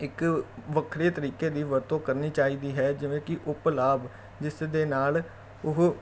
ਇੱਕ ਵੱਖਰੇ ਤਰੀਕੇ ਦੀ ਵਰਤੋਂ ਕਰਨੀ ਚਾਹੀਦੀ ਹੈ ਜਿਵੇਂ ਕਿ ਉਪਲਾਭ ਜਿਸ ਦੇ ਨਾਲ ਉਹ